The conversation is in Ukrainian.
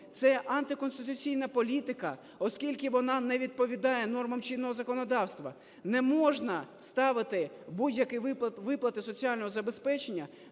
це антиконституційна політика, оскільки вона не відповідає нормам чинного законодавства. Не можна ставити будь-які виплати соціального забезпечення